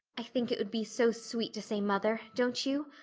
i think it would be so sweet to say mother, don't you?